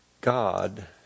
God